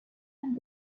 and